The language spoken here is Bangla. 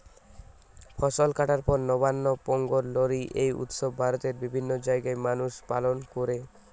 ফসল কাটার পর নবান্ন, পোঙ্গল, লোরী এই উৎসব ভারতের বিভিন্ন জাগায় মানুষ পালন কোরে